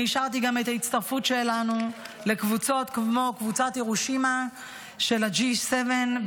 אני אישרתי גם את ההצטרפות שלנו לקבוצות כמו קבוצת הירושימה של ה-G7,